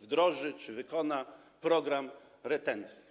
wdroży czy wykona program retencji.